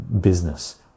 business